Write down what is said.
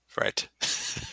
Right